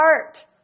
heart